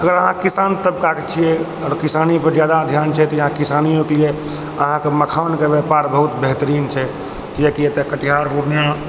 अगर अहाँ किसान तबका के छियै आओर किसानी पर जादा ध्यान छै तऽ इहाँ किसानियो के लिए अहाँके मखान के ब्यापार बहुत बेहतरीन छै किएकि एतऽ कटिहार पूर्णिया